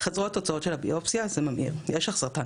״חזרו התוצאות של הביופסיה, זה ממאיר, יש לך סרטן